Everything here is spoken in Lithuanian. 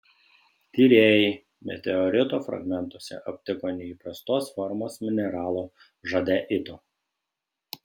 tyrėjai meteorito fragmentuose aptiko neįprastos formos mineralo žadeito